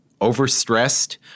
Overstressed